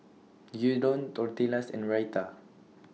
Gyudon Tortillas and Raita